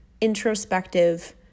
introspective